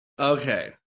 Okay